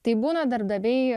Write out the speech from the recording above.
tai būna darbdaviai